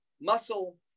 muscle